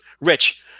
Rich